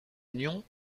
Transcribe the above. union